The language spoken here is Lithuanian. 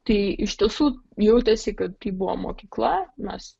tai iš tiesų jautėsi kad kai buvo mokykla mes